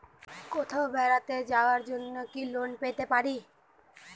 কোথাও বেড়াতে যাওয়ার জন্য কি লোন পেতে পারি?